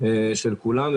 של כולם.